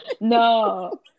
No